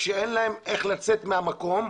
כשאין להם איך לצאת מהמקום,